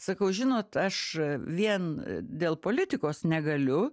sakau žinot aš vien dėl politikos negaliu